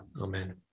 Amen